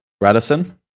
Radisson